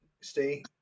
stay